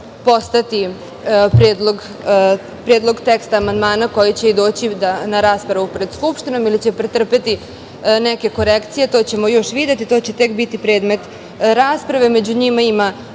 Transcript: postati predlog teksta amandmana koji će i doći na raspravu pred Skupštinom ili će pretrpeti neke korekcije, to ćemo još videti. To će tek biti predmet rasprave. Među njima